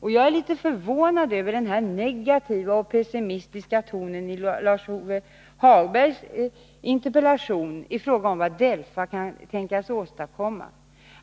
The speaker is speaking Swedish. Jag är litet förvånad över den negativa och pessimistiska tonen i Lars-Ove Hagbergs interpellation i fråga om vad DELFA kan tänkas åstadkomma.